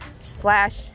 slash